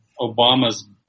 Obama's